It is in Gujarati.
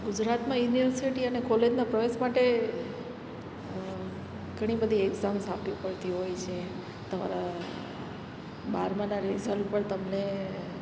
ગુજરાતમાં યુનિવર્સિટી અને કોલેજના પ્રવેશ માટે ઘણી બધી એક્ઝામસ આપવી પડતી હોય છે તમારા બારમાનાં રિઝલ્ટ પર તમને